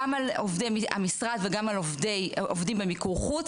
גם על עובדי המשרד וגם על עובדים במיקור חוץ